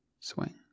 swing